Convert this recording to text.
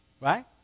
Right